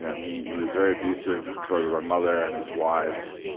he was very abusive towards my mother and his wives.